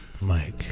Mike